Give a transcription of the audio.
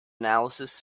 analysis